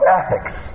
ethics